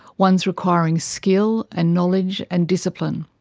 ones requiring skill and knowledge and discipline.